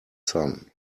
sun